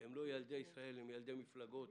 הם לא ילדי ישראל אלא ילדי מפלגות.